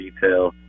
detail